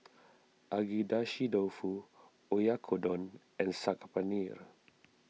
Agedashi Dofu Oyakodon and Saag Paneer